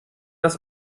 das